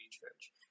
Church